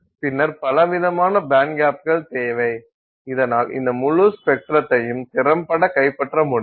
பின்னர் பலவிதமான பேண்ட்கேப்கள் தேவை இதனால் இந்த முழு ஸ்பெக்ட்ரத்தையும் திறம்பட கைப்பற்ற முடியும்